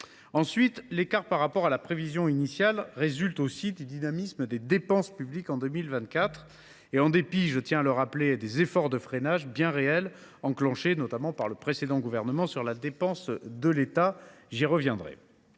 vous. L’écart par rapport à la prévision initiale résulte également du dynamisme des dépenses publiques en 2024, en dépit, je tiens à le rappeler, des efforts de freinage bien réels enclenchés par le précédent gouvernement en matière de dépense de l’État – j’y reviendrai.